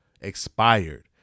expired